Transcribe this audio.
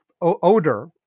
odor